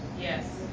Yes